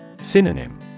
Synonym